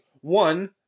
One